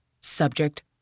Subject